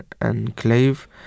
enclave